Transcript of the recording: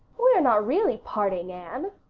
we are not really parting, anne,